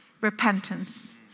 repentance